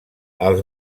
els